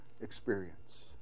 experience